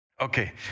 Okay